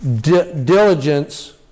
diligence